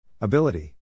Ability